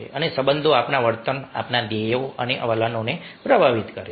અને સંબંધો આપણા વર્તન આપણા ધ્યેયો અને વલણને પ્રભાવિત કરે છે